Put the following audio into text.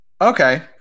Okay